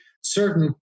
certain